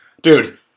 Dude